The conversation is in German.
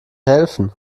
helfen